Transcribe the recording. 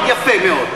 יפה מאוד.